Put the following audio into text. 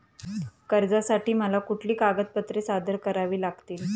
कर्जासाठी मला कुठली कागदपत्रे सादर करावी लागतील?